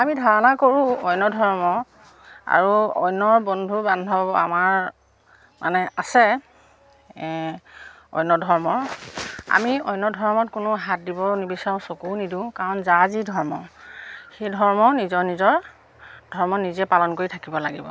আমি ধাৰণা কৰোঁ অন্য ধৰ্ম আৰু অন্য বন্ধু বান্ধৱ আমাৰ মানে আছে এ অন্য ধৰ্মৰ আমি অন্য ধৰ্মত কোনো হাত দিব নিবিচাৰোঁ চকুও নিদিওঁ কাৰণ যাৰ যি ধৰ্ম সেই ধৰ্ম নিজৰ নিজৰ ধৰ্ম নিজে পালন কৰি থাকিব লাগিব